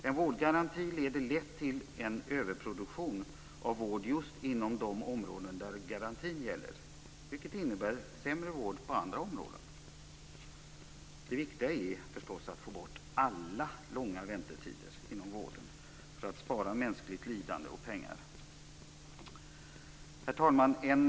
En vårdgaranti leder lätt till en överproduktion av vård inom just de områden där garanti gäller, vilket innebär sämre vård på andra områden. Det viktiga är förstås att få bort alla långa väntetider inom vården för att spara mänskligt lidande och pengar. Herr talman!